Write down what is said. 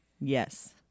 Yes